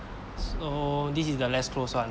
so this is the less close [one]